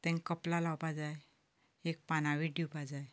कपलाक लावपाक जाय एक पाना विडो दिवपाक जाय